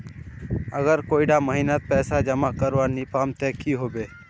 अगर कोई डा महीनात पैसा जमा करवा नी पाम ते की होबे?